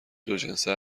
دوجنسه